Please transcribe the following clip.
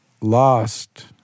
lost